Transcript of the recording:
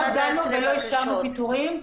לא דנו ולא אישרנו פיטורים.